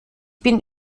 bin